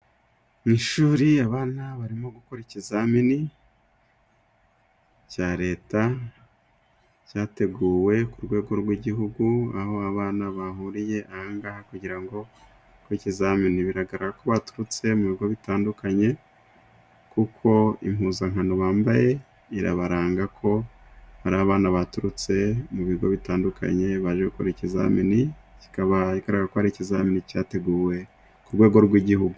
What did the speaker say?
Ishuri abana barimo gukora ikizamini cya leta, cyateguwe ku rwego rw'igihugu, aho abana bahuriye aha ngaha kugira ngo bakore ikizamini. Bigaragara ko baturutse mu bigo bitandukanye, kuko impuzankano bambaye irabaranga ko ari abana baturutse mu bigo bitandukanye, baje gukora ikizamini. Kikaba ari ikizamini cyateguwe ku rwego rw'igihugu.